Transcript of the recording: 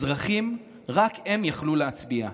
אזרחים, רק הם יכלו להצביע.